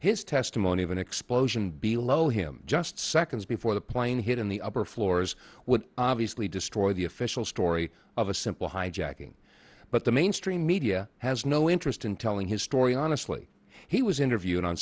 his testimony of an explosion below him just seconds before the plane hit in the upper floors would obviously destroy the official story of a simple hijacking but the mainstream media has no interest in telling his story honestly he was interviewed on